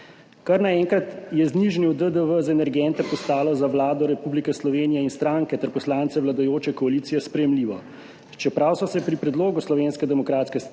Kar naenkrat je znižanju DDV energente postalo za Vlado Republike Slovenije in stranke ter poslance vladajoče koalicije sprejemljivo, čeprav so se pri predlogu Slovenske demokratske